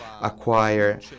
acquire